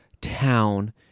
town